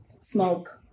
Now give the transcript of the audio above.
smoke